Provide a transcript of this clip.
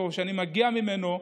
שאני מגיע ממנו,